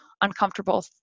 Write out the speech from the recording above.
uncomfortable